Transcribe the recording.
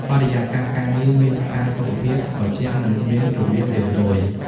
បរិយាកាសការងារមានផាសុកភាព ត្រជាក់ និងមានរបៀបរៀបរយ។